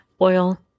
Oil